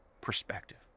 perspective